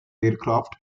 aircraft